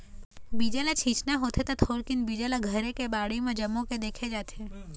बीजा ल छिचना होथे त थोकिन बीजा ल घरे के बाड़ी म जमो के देखे जाथे